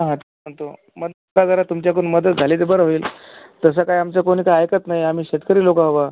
हा पण तो मन तर तुमच्याकडून मदत झाली तर बरं होईल तसं काय आमचं कोणी काही ऐकत नाही आम्ही शेतकरी लोक आहो बाबा